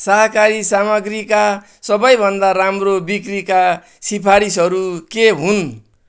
सहकारी सामग्रीका सबैभन्दा राम्रो बिक्रीका सिफारिसहरू के हुन्